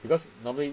because normally